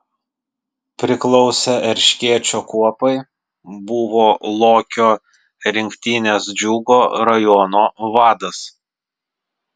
priklausė erškėčio kuopai buvo lokio rinktinės džiugo rajono vadas